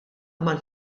mal